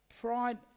pride